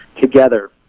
together